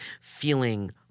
feeling